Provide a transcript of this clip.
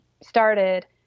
started